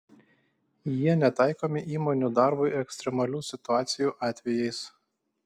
jie netaikomi įmonių darbui ekstremalių situacijų atvejais